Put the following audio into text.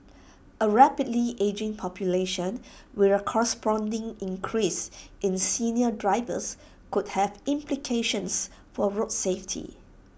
A rapidly ageing population with A corresponding increase in senior drivers could have implications for road safety